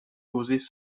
posés